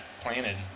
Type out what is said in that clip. planted